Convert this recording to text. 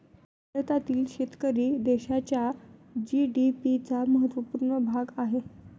भारतातील शेतकरी देशाच्या जी.डी.पी चा महत्वपूर्ण भाग आहे